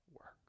work